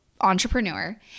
entrepreneur